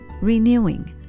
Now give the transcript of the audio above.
renewing